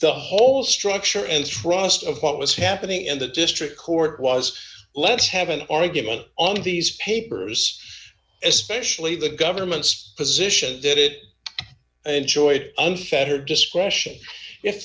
the whole structure and thrust of what was happening in the district court was let's have an argument on these papers especially the government's position that it enjoyed unfettered discretion if